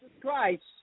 Christ